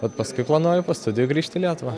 bet paskui planuoju po studijų grįžt į lietuvą